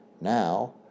Now